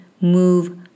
move